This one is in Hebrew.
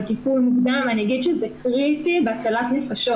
על טיפול מוקדם ואני אגיד שזה קריטי בהצלת נפשות.